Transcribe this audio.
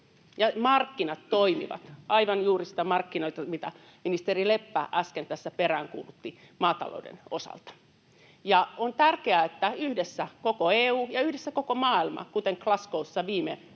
markkinat toimivat — aivan juuri markkinat, mitä ministeri Leppä äsken tässä peräänkuulutti maatalouden osalta. On tärkeää, että yhdessä koko EU ja yhdessä koko maailma toimivat,